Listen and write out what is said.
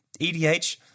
EDH